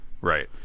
Right